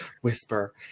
whisper